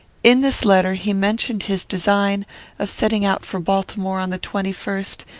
in this letter he mentioned his design of setting out for baltimore on the twenty-first,